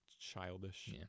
childish